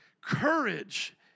courage